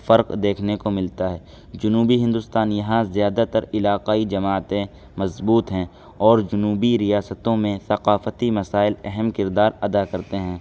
فرق دیکھنے کو ملتا ہے جنوبی ہندوستان یہاں زیادہ تر علاقائی جماعتیں مضبوط ہیں اور جنوبی ریاستوں میں ثقافتی مسائل اہم کردار ادا کرتے ہیں